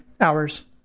Hours